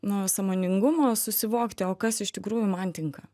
nu sąmoningumo susivokti o kas iš tikrųjų man tinka